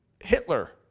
Hitler